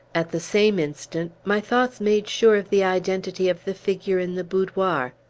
at the same instant, my thoughts made sure of the identity of the figure in the boudoir.